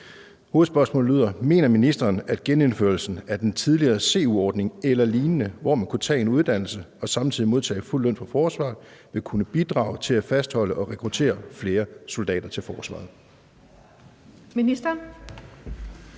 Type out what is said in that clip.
her. Spørgsmålet lyder: Mener ministeren, at genindførelsen af den tidligere CU-ordning eller lignende, hvor man kunne tage en uddannelse og samtidig modtage fuld løn fra forsvaret, vil kunne bidrage til at fastholde og rekruttere flere soldater til forsvaret?